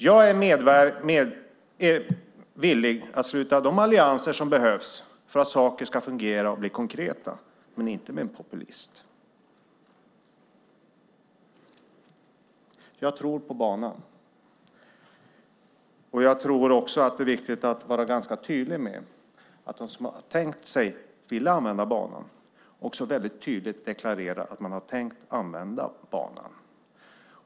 Jag är villig att sluta de allianser som behövs för att saker ska fungera och bli konkreta, men inte med en populist! Jag tror på banan. Jag tror också att det är viktigt att vara ganska tydlig med att de som tänkt sig och som vill använda banan också väldigt tydligt deklarerar att de tänker använda den.